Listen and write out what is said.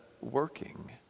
working